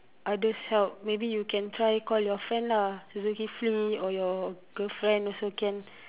others help maybe you can try call you friend lah Zukifli or your girlfriend also can